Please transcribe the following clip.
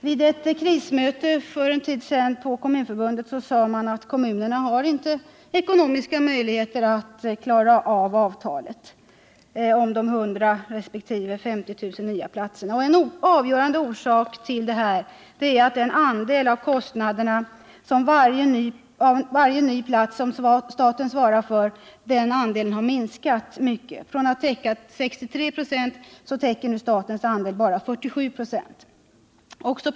Vid ett krismöte för en tid sedan på Kommunförbundet sade man att kommunerna inte har ekonomiska möjligheter att klara avtalet om de 100 000 resp. 50 000 nya platserna. En avgörande orsak till detta är att den andel av kostnaderna för varje ny plats som staten svarar för har minskat mycket. Från att ha täckt 63 96 täcker nu statens andel bara 47 96.